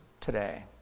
today